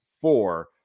four